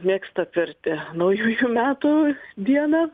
mėgsta pirtį naujųjų metų dieną